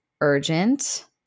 urgent